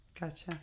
Gotcha